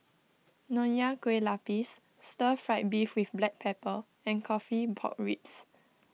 Nonya Kueh Lapis Stir Fried Beef with Black Pepper and Coffee Pork Ribs